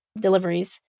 deliveries